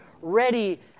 ready